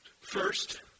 First